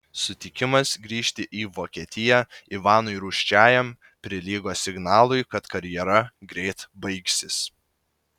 sutikimas grįžti į vokietiją ivanui rūsčiajam prilygo signalui kad karjera greit baigsis